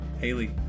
Haley